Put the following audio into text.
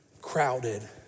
crowded